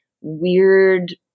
weird